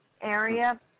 area